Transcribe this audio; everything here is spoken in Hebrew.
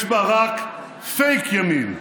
יש בה רק פייק ימין.